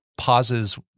pauses